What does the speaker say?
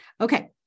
Okay